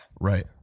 Right